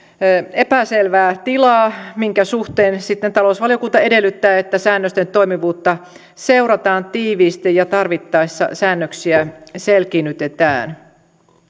epäselvää tilaa minkä suhteen sitten talousvaliokunta edellyttää että säännösten toimivuutta seurataan tiiviisti ja tarvittaessa säännöksiä selkiinnytetään